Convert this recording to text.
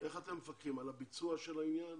איך אתם מפקחים על הביצוע של העניין